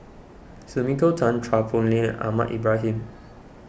Sumiko Tan Chua Poh Leng Ahmad Ibrahim